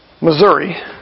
Missouri